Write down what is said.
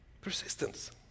persistence